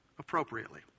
appropriately